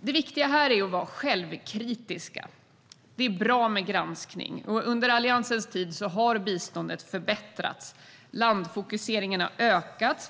Det viktiga här är att vara självkritiska. Det är bra med granskning. Under Alliansens tid har biståndet förbättrats. Landfokuseringen har ökats.